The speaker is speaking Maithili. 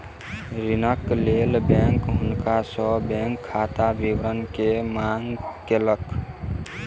ऋणक लेल बैंक हुनका सॅ बैंक खाता विवरण के मांग केलक